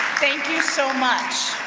thank you so much.